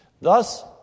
Thus